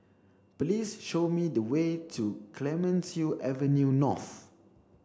please show me the way to Clemenceau Avenue North